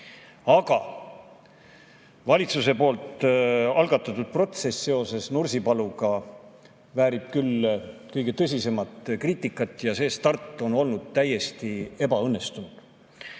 valitsuse algatatud protsess seoses Nursipaluga väärib küll kõige tõsisemat kriitikat ja see start on täiesti ebaõnnestunud.